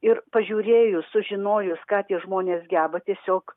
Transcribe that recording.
ir pažiūrėjus sužinojus ką tie žmonės geba tiesiog